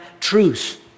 truth